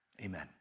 Amen